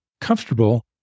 comfortable